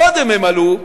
קודם הם עלו,